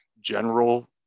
general